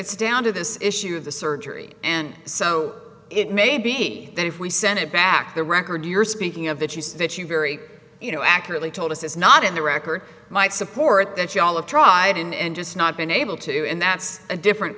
it's down to this issue of the surgery and so it may be that if we send it back the record you're speaking of that you say that you very you know accurately told us it's not in the record might support that you all of tried and just not been able to and that's a different